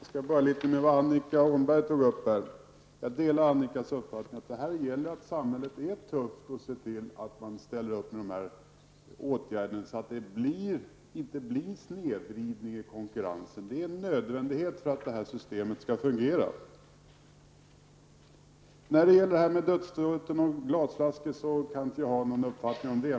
Fru talman! Jag delar Annika Åhnbergs uppfattning att det gäller att samhället här är tufft och ser till att man ställer upp med de här åtgärderna, så att det inte blir en snedvridning av konkurrensen. Det är nödvändigt för att det här systemet skall fungera. När det gäller talet om dödsstöten åt glasflaskorna kan inte jag ha någon uppfattning om det.